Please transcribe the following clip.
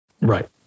Right